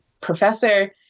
professor